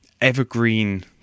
evergreen